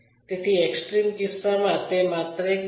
extreme કિસ્સામાં તે એક માત્ર બિંદુ છે